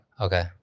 okay